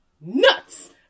nuts